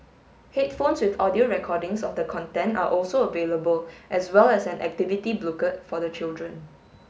headphones with audio recordings of the content are also available as well as an activity booklet for the children